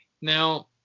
Now